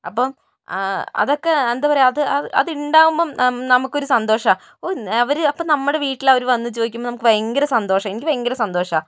അപ്പോൾ അതൊക്കെ എന്താ പറയുക അത് അത് ഉണ്ടാവുമ്പോൾ നമുക്കൊരു സന്തോഷമാണ് ഓ അവർ അപ്പോൾ നമ്മുടെ വീട്ടിൽ അവർ വന്നു ചോദിക്കുമ്പോൾ നമുക്ക് ഭയങ്കര സന്തോഷം എനിക്ക് ഭയങ്കര സന്തോഷമാണ്